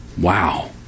wow